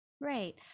Right